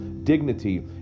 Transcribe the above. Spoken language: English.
Dignity